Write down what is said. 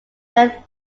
then